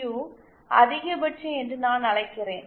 U அதிகபட்சம் என்று நான் அழைக்கிறேன்